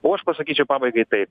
o aš pasakyčiau pabaigai taip